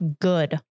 good